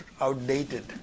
outdated